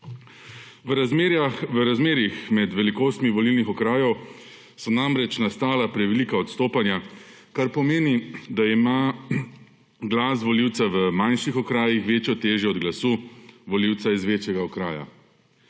V razmerjih med velikostmi volilnih okrajev so namreč nastala prevelika odstopanja, kar pomeni, da ima glas volivca v manjših okrajih večjo težo od glasu volivca iz večjega okraja.